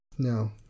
No